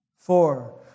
Four